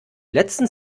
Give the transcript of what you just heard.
letzten